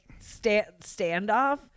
standoff